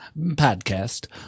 podcast